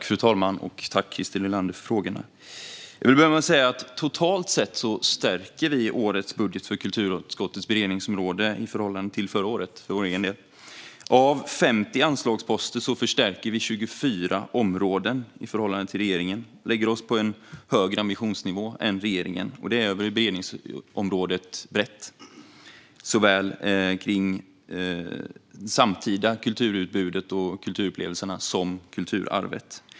Fru talman! Tack, Christer Nylander, för frågorna! Totalt sett stärker vi för egen del årets budget på kulturutskottets beredningsområde i förhållande till förra året. Av 50 anslagsposter förstärker vi på 24 områden i förhållande till regeringens förslag. Vi lägger oss på en högre ambitionsnivå än regeringen, och det gäller brett på beredningsområdet, såväl de samtida kulturutbuden och kulturupplevelserna som kulturarvet.